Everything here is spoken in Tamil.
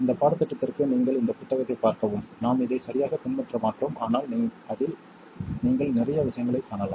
இந்த பாடத்திட்டத்திற்கு நீங்கள் இந்த புத்தகத்தைப் பார்க்கவும் நாம் இதை சரியாகப் பின்பற்ற மாட்டோம் ஆனால் நீங்கள் அதில் நிறைய விஷயங்களைக் காணலாம்